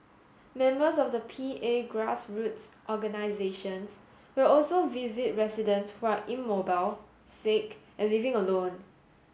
members of the P A grassroots organisations will also visit residents who are immobile sick and living alone